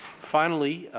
finally,